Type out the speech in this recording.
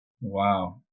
wow